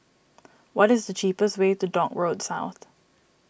what is the cheapest way to Dock Road South